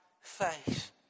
faith